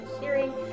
hearing